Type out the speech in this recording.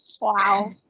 Wow